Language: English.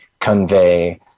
convey